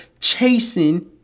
chasing